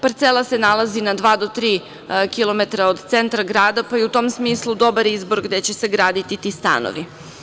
Parcela se nalazi na dva, do tri kilometra od centra grada, pa je u tom smislu dobar izbor gde će se graditi ti stanovi.